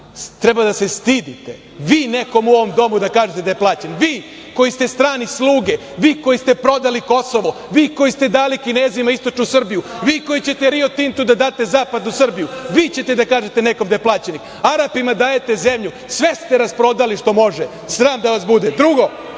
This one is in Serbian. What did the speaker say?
treba da se stidite. Vi nekom u ovom domu da kažete da je plaćenik, vi koji ste strane sluge, vi koji ste prodali Kosovo, vi koji ste dali Kinezima istočnu Srbiju, vi koji ćete Rio Tintu da date zapadnu Srbiju? Vi ćete da kažete nekome da je plaćenik? Arapima dajete zemlju. Sve ste rasprodali što može. Sram da vas bude! Drugo,